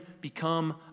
become